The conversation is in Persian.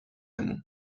مون